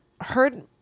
heard